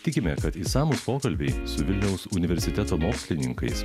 tikime kad išsamūs pokalbiai su vilniaus universiteto mokslininkais